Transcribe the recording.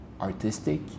artistic